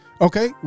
Okay